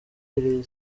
iri